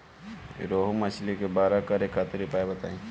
रोहु मछली के बड़ा करे खातिर उपाय बताईं?